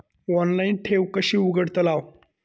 Online ठेव कशी उघडतलाव?